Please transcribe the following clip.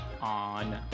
on